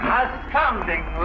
astounding